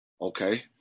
Okay